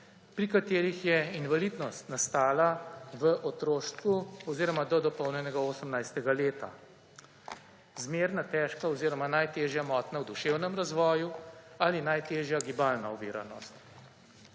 pri katerih je invalidnost nastala v otroštvu oziroma do dopolnjenega 18. leta, zmerna, težka oziroma najtežja motnja v duševnem razvoju ali najtežja gibalna oviranost.